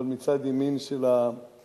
אבל מצד ימין במליאה,